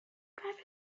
driver